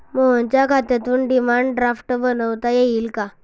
मोहनच्या खात्यातून demand draft बनवता येईल का?